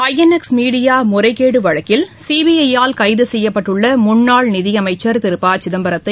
ஐ N X media முறைகேடு வழக்கில் C B I ஆல் கைது செய்யப்பட்டுள்ள முன்னாள் நிதி அமைச்சர் திரு ப சிதம்பரத்தை